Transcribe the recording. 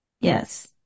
Yes